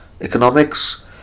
economics